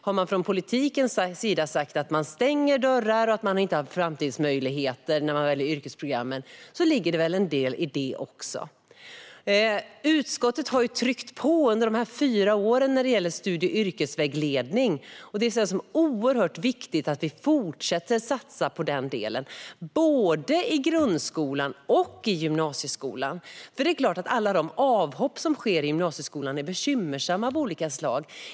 Har det från politiken sagts att man stänger dörrar och att man inte har framtidsmöjligheter när man väljer yrkesprogrammen ligger det nog en del i det också. Utskottet har tryckt på under dessa fyra år när det gäller studie och yrkesvägledning. Det är oerhört viktigt att vi fortsätter att satsa på den delen, både i grundskolan och i gymnasieskolan. Det är klart att alla de avhopp som sker i gymnasieskolan är bekymmersamma på olika sätt.